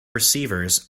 receivers